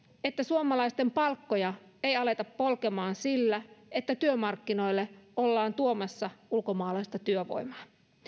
että suomalaisten palkkoja ei aleta polkemaan sillä että työmarkkinoille ollaan tuomassa ulkomaalaista työvoimaa